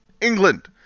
England